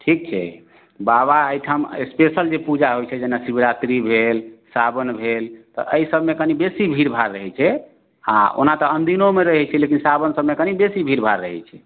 ठीक छै बाबा एहिठाम स्पेशल जे पूजा होइ छै जेना शिवरात्रि भेल साओन भेल तऽ एहि सबमे कनि बेसी भीड़भाड़ रहै छै हँ ओना तऽ अनदिनोमे रहै छै लेकिन साओन सबमे कनि बेसी भीड़भाड़ रहै छै